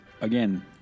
again